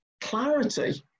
clarity